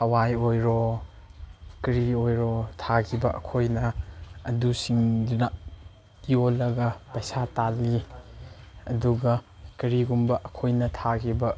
ꯍꯋꯥꯏ ꯑꯣꯏꯔꯣ ꯀꯔꯤ ꯑꯣꯏꯔꯣ ꯊꯥꯈꯤꯕ ꯑꯩꯈꯣꯏꯅ ꯑꯗꯨꯁꯤꯡꯗꯨꯅ ꯌꯣꯜꯂꯒ ꯄꯩꯁꯥ ꯇꯥꯜꯂꯤ ꯑꯗꯨꯒ ꯀꯔꯤꯒꯨꯝꯕ ꯑꯩꯈꯣꯏꯅ ꯊꯥꯈꯤꯕ